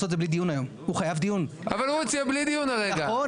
שטח הבנייה לשם בניית מרחב מוגן,